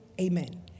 amen